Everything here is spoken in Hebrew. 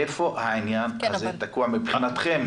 איפה העניין הזה תקוע מבחינתכם?